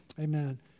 Amen